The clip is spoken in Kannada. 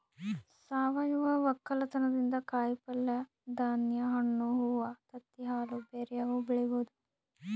ಸಾವಯವ ವಕ್ಕಲತನದಿಂದ ಕಾಯಿಪಲ್ಯೆ, ಧಾನ್ಯ, ಹಣ್ಣು, ಹೂವ್ವ, ತತ್ತಿ, ಹಾಲು ಬ್ಯೆರೆವು ಬೆಳಿಬೊದು